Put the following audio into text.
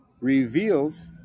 reveals